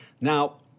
Now